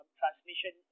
transmission